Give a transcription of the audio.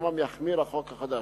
שעמם יחמיר החוק החדש.